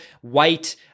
white